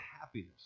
happiness